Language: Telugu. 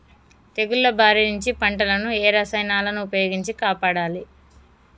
తెగుళ్ల బారి నుంచి పంటలను ఏ రసాయనాలను ఉపయోగించి కాపాడాలి?